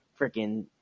freaking